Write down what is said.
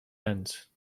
ends